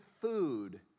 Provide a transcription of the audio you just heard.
food